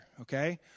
okay